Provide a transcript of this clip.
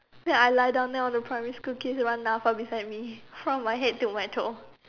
ya I lie down then all the primary school kids run down far beside me from my head to my toe